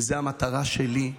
וזאת המטרה שלי,